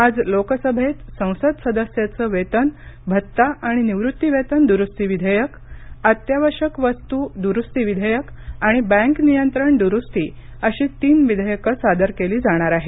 आज लोकसभेत संसद सदस्याचे वेतन भत्ता आणि निवृत्ती वेतन द्रुस्ती विधेयक अत्यावश्यक वस्तू द्रुस्ती विधेयक आणि बँक नियंत्रण दुरुस्ती अशी तीन विधेयकं सादर केली जाणार आहेत